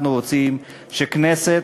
אנחנו רוצים שכנסת